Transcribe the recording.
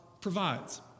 provides